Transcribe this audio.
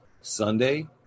sunday